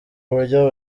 buryo